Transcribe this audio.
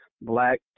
Black